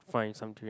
find some durian